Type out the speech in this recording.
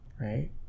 right